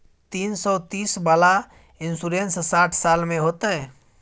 तीन सौ तीस वाला इन्सुरेंस साठ साल में होतै?